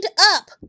up